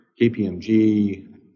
KPMG